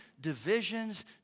divisions